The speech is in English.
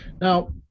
Now